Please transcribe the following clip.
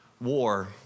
war